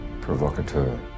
provocateur